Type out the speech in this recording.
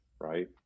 right